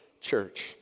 church